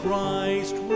Christ